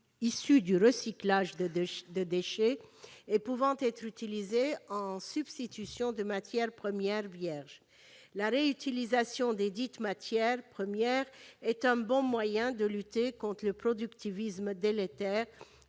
issus du recyclage de déchets pouvant être utilisés en substitution de matières premières vierges. La réutilisation desdites matières premières est un bon moyen de lutter contre le productivisme délétère,